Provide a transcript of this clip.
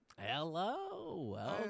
Hello